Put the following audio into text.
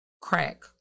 crack